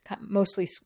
mostly